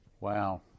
Wow